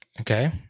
Okay